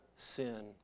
sin